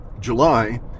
July